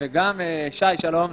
שי, שלום.